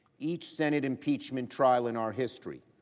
each set it impeachment trial in our history,